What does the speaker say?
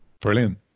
Brilliant